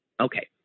Okay